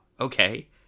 okay